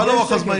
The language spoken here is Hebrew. מה לוח הזמנים?